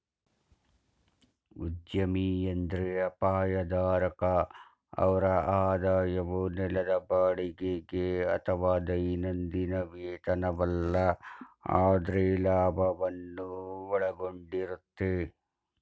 ಉದ್ಯಮಿ ಎಂದ್ರೆ ಅಪಾಯ ಧಾರಕ ಅವ್ರ ಆದಾಯವು ನೆಲದ ಬಾಡಿಗೆಗೆ ಅಥವಾ ದೈನಂದಿನ ವೇತನವಲ್ಲ ಆದ್ರೆ ಲಾಭವನ್ನು ಒಳಗೊಂಡಿರುತ್ತೆ